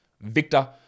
Victor